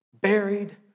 buried